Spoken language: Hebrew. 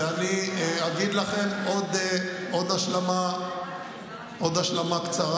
אני אתן לכם עוד השלמה קצרה,